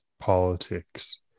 politics